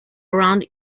around